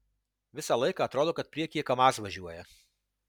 visą laiką atrodo kad priekyje kamaz važiuoja